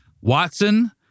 Watson